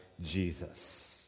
jesus